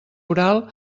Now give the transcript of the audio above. oral